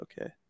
okay